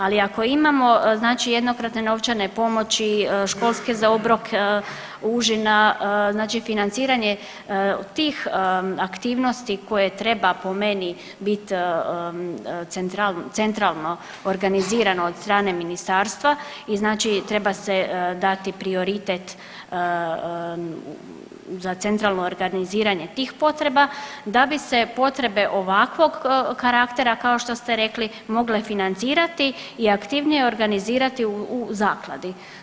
Ali ako imamo znači jednokratne novčane pomoći, školske za obrok, užina, znači financiranje tih aktivnosti koje treba po meni bit centralno organizirano od strane ministarstva i znači treba se dati prioritet za centralno organiziranje tih potreba da bi se potrebe ovakvog karaktera kao što ste rekli mogle financirati i aktivnije organizirati u zakladi.